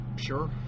Sure